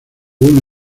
uno